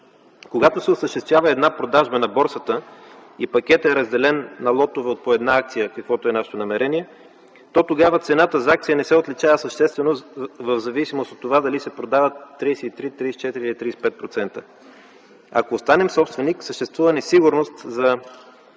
Когато се осъществява една продажба на борсата и пакетът е разделен на лотове от по една акция, каквото е нашето намерение, то тогава цената за акция не се отличава съществено в зависимост от това дали се продават 33, 34 или 35%. Ако останем собственик, съществува несигурност за